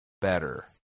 better